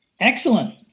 Excellent